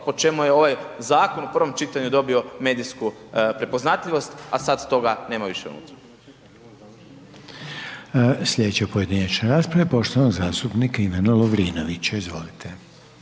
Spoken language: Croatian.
po čemu ovaj zakon u prvom čitanju medijsku prepoznatljivost, a sad toga nema više unutra.